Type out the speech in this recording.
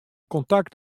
kontakt